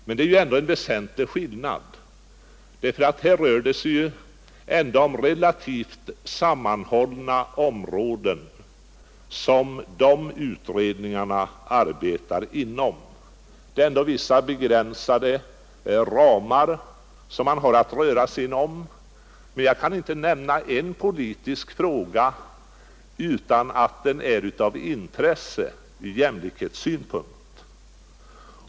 Men det är ändå en väsentlig skillnad, därför att de utredningarna arbetar inom relativt sammanhållna områden. De har att röra sig inom vissa begränsade ramar, men jag kan inte nämna en politisk fråga som inte är av intresse ur jämlikhetssynpunkt.